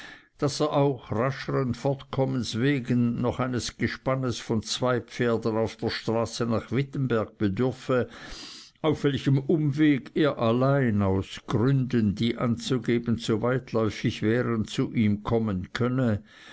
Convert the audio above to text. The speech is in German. daß er auch rascheren fortkommens wegen noch eines gespannes von zwei pferden auf der straße nach wittenberg bedürfe auf welchem umweg er allein aus gründen die anzugeben zu weitläufig wären zu ihm kommen könne